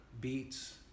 beats